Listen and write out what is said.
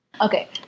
Okay